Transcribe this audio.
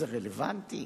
זה רלוונטי?